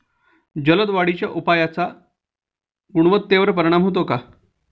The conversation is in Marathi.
जलद वाढीच्या उपायाचा गुणवत्तेवर परिणाम होतो का?